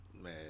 Man